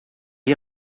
est